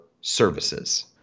services